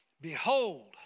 Behold